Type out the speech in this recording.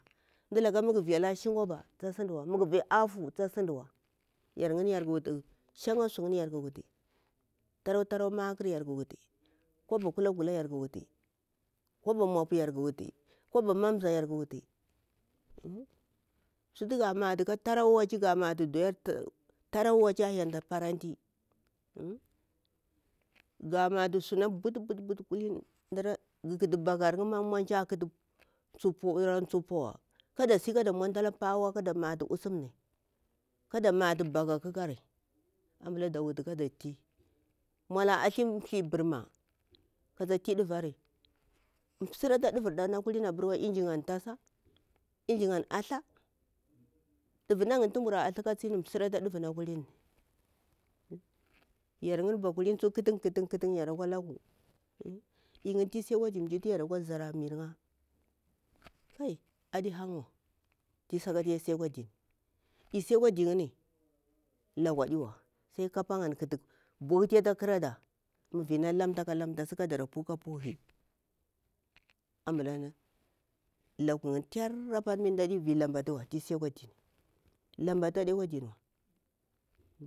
Mdalaka muga vilari ta sidinwa. magu afu ta sidinwa tah sidiwa yar nguni yar ku wuti shankha suguni yar wuti, tarau tarau maƙar yarƙu wuti kwabo kula gula yarƙu wuti kwaba mwapu yarƙu wuti, kwaba mamza yarƙa wuti, sutu ga matu katar ga matu ka taro waci. suti ga mata doya tarau waci ta yanti paranti gamatu gamatu suna butu butu gamatu kulini gu kuti bakar nkha ma mwanci ara tsu puwa kadasi kada mwantala ala pawa kada matu matu usam ni kada matu baka ƙakari ambula da wuta kada ti mwala athu thi burma kata ti ɗuvari msira ta davarda na kulini abarwa injin, ntasa inji am athla davu naguni ti mbura athla ka tsini msira tah davu na kulini. yar nguni bakulini tsu khatun khatun yaru akwa laku iy nguni tunti isi akwa di nguni akwa zara mirnga. kai adi hangu wa ti sakati isi akwa dini yimni, isi akwa di nguni laku adiwa sai kapan anta katu buket ata ƙarada kada ma vina lamta ka lamta kadara pu hai anbula laku ngni terra ndadi vi lambatu wa ti isi kwa dini lanbatu adi kwa diniwa.